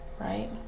right